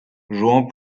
jouant